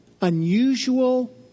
unusual